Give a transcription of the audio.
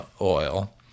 oil